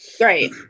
Right